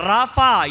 Rafa